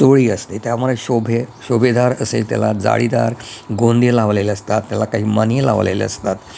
चोळी असते त्यामुळे शोभे शोभेदार असेल त्याला जाळीदार गोंडे लावलेले असतात त्याला काही मणी लावलेले असतात